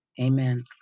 Amen